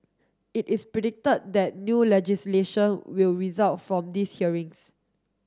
it is predict that new legislation will result from these hearings